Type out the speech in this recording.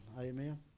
Amen